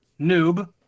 Noob